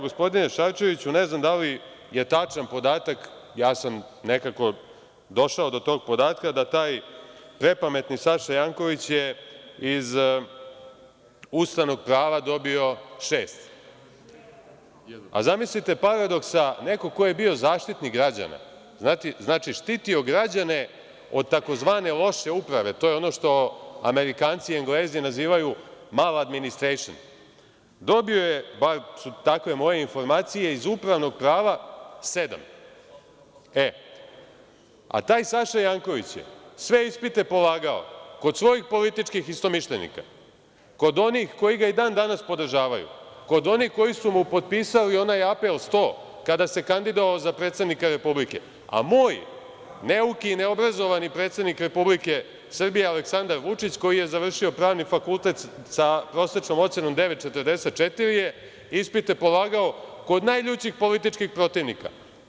Gospodine Šarčeviću, ne znam da li je tačan podatak, ja sam nekako došao do tog podatka da taj prepametni Saša Janković je iz ustavnog prava dobio 6, a zamislite paradoksa, neko ko je bio Zaštitnik građana, štitio građane od tzv. loše uprave, to je ono što Amerikanci i Englezi nazivaju mala administracija, dobio je, bar su takve moje informacije, iz upravnog prava 7, a taj Saša Janković je sve ispite polagao kod svojih političkih istomišljenika, kod onih koji ga i dan danas podržavaju, kod onih koji su mu potpisali onaj apel 100 kada se kandidovao za predsednika Republike, a moj neuki i neobrazovani predsednik Republike Srbije, Aleksandar Vučić koji je završio pravni fakultet sa prosečnom ocenom 9,44 je ispite polagao kod najljućih političkih protivnika.